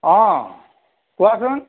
অ' কোৱাচোন